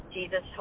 Jesus